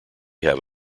have